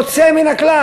יוצא מן הכלל.